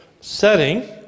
setting